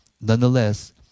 Nonetheless